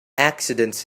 accidents